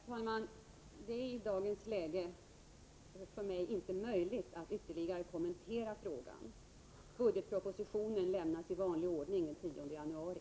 Herr talman! Det är i dagens läge inte möjligt för mig att ytterligare kommentera frågan. Budgetpropositionen lämnas i vanlig ordning den 10 januari.